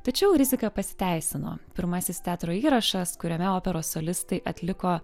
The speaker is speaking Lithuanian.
tačiau rizika pasiteisino pirmasis teatro įrašas kuriame operos solistai atliko